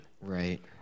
Right